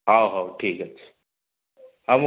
ହଉ ହଉ ଠିକ୍ ଅଛି ହଉ ମୁଁ